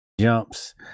jumps